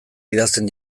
idazten